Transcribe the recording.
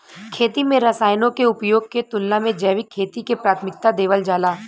खेती में रसायनों के उपयोग के तुलना में जैविक खेती के प्राथमिकता देवल जाला